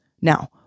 Now